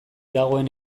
dagoen